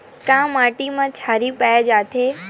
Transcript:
का माटी मा क्षारीय पाए जाथे?